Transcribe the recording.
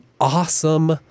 awesome